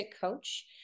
coach